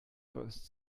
first